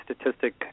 statistic